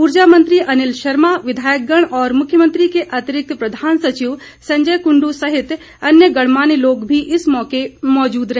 ऊर्जा मंत्री अनिल शर्मा विधायकगण और मुख्यमंत्री के अतिरिक्त प्रधान सचिव संजय कुंडू सहित अन्य गणमान्य लोग भी इस मौके मौजूद रहे